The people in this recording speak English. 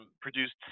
produced